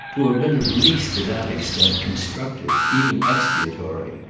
to have been at least to that extent constructive even expiatory.